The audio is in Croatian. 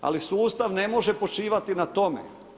Ali sustav ne može počivati na tome.